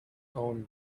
own